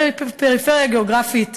גם על הפריפריה הגיאוגרפית